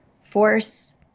force